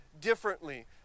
differently